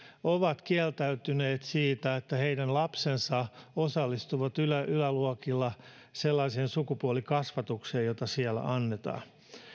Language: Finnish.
ovat kieltäytyneet siitä että heidän lapsensa osallistuvat yläluokilla sellaiseen sukupuolikasvatukseen jota siellä annetaan